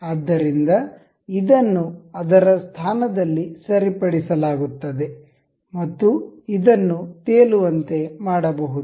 ಆದ್ದರಿಂದ ಇದನ್ನು ಅದರ ಸ್ಥಾನದಲ್ಲಿ ಸರಿಪಡಿಸಲಾಗುತ್ತದೆ ಮತ್ತು ಇದನ್ನು ತೇಲುವಂತೆ ಮಾಡಬಹುದು